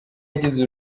yagize